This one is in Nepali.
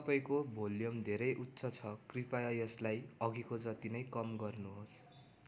तपाईँको भोल्युम धेरै उच्च छ कृपया यसलाई अघिको जति नै कम गर्नु होस्